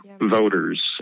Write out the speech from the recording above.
voters